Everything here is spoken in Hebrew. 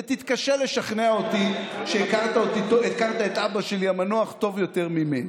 ותתקשה לשכנע אותי שהכרת את אבא שלי המנוח טוב יותר ממני.